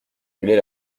régler